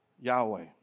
Yahweh